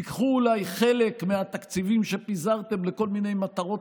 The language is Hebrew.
תיקחו אולי חלק מהתקציבים שפיזרתם לכל מיני מטרות